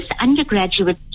undergraduate